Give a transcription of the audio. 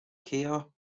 care